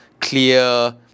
clear